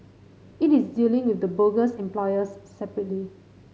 it is dealing with the bogus employers separately